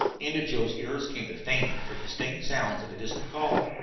into joe's ears came the faint but distinct sounds of a distant call.